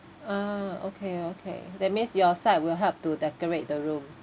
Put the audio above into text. ah okay okay that means your side will help to decorate the room